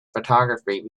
photography